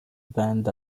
band